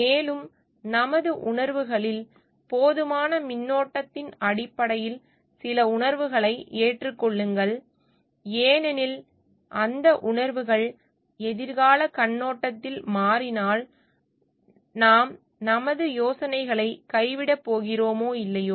மேலும் நமது உணர்வுகளில் போதுமான மின்னோட்டத்தின் அடிப்படையில் சில உணர்வுகளை ஏற்றுக்கொள்ளுங்கள் ஏனெனில் அந்த உணர்வுகள் எதிர்கால கண்ணோட்டத்தில் மாறினால் நாம் நமது யோசனைகளை கைவிடப் போகிறோமா இல்லையா